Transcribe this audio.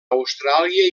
austràlia